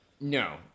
No